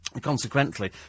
Consequently